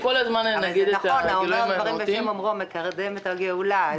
האומר דברים בשם אומרם מקדם את הגאולה.